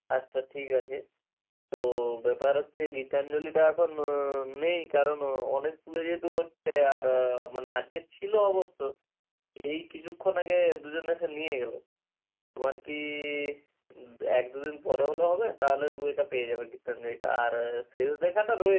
আচ্ছা ঠিক আছে তো ব্যাপার হচ্ছে গীতাঞ্জলিটা এখন নেই কারণ অনেক স্কুলে যেহেতু হচ্ছে আর মানে আজকে ছিল অবশ্য এই কিছুক্ষণ আগে দুজন এসে নিয়ে গেল তোমার কি এক দু দিন পরে হলে হবে তাহলে ওই বইটা পেয়ে যাবে গীতাঞ্জলিটা আর শেষ দেখাটা রয়েছে